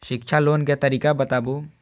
शिक्षा लोन के तरीका बताबू?